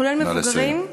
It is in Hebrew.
כולל מבוגרים,